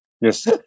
Yes